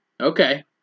Okay